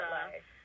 life